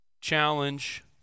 challenge